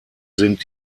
sind